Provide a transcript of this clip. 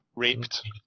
raped